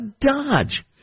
dodge